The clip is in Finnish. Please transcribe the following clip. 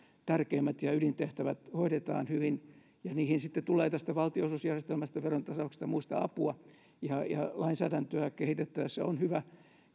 tärkeimmät ja ydintehtävät hoidetaan hyvin ja niihin sitten tulee valtionosuusjärjestelmästä verontasauksesta ja muista apua ja ja lainsäädäntöä kehitettäessä on hyvä